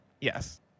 yes